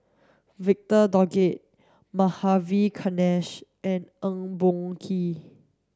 Victor Doggett Madhavi Krishnan and Eng Boh Kee